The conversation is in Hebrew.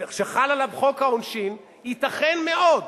שחל עליו חוק העונשין, ייתכן מאוד,